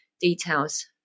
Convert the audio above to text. details